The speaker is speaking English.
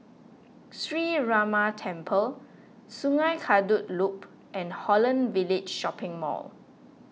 Sree Ramar Temple Sungei Kadut Loop and Holland Village Shopping Mall